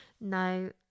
No